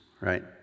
right